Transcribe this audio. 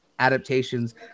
adaptations